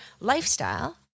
lifestyle